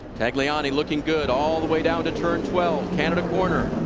tagliani looking good all the way down to turn twelve, canada corner.